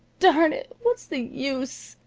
darn it! what's the use!